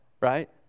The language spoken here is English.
right